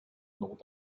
not